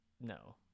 No